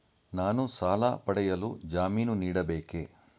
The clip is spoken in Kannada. ನಾನು ಸಾಲ ಪಡೆಯಲು ಜಾಮೀನು ನೀಡಬೇಕೇ?